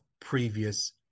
previous